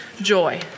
joy